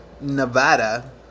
Nevada